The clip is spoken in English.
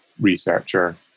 researcher